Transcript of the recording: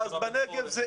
בנגב מדובר